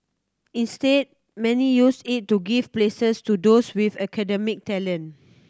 instead many use it to give places to those with academic talent